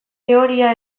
teoria